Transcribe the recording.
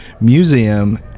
Museum